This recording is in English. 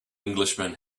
englishman